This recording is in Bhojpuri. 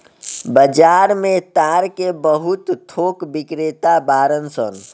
बाजार में ताड़ के बहुत थोक बिक्रेता बाड़न सन